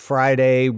Friday